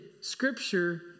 Scripture